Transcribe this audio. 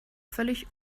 völlig